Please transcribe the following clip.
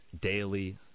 daily